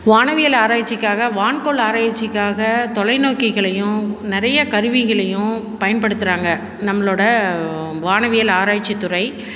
வானவியல் ஆராய்ச்சிக்காக வான்கோள் ஆராய்ச்சிக்காக தொலை நோக்கிகளையும் நிறைய கருவிகளையும் பயன்படுத்தறாங்க நம்மளோடய வானவியல் ஆராய்ச்சித்துறை